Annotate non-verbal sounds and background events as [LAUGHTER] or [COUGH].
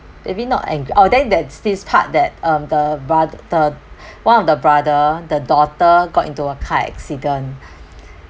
maybe not ang~ oh then there's this part that um the bro~ the [BREATH] one of the brother the daughter got into a car accident [BREATH]